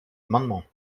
amendement